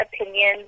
opinion